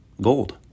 gold